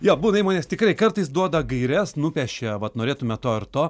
jo būna įmonės tikrai kartais duoda gaires nupiešia vat norėtume to ir to